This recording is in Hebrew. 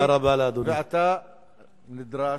אתה נדרש,